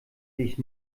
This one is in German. sich